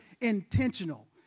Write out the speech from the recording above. intentional